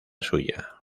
suya